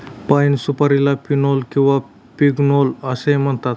पाइन सुपारीला पिनोली किंवा पिग्नोली असेही म्हणतात